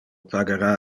pagara